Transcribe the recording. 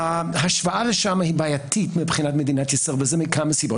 ההשוואה לשם היא בעייתית מבחינת מדינת ישראל וזה מכמה סיבות.